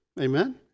Amen